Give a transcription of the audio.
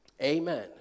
Amen